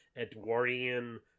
Edwardian